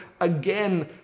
again